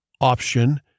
option